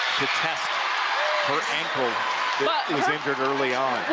to test her ankle but that was injured early